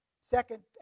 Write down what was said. second